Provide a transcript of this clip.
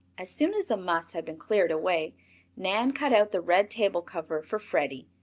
as soon as the muss had been cleared away nan cut out the red table cover for freddie,